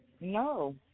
No